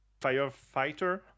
firefighter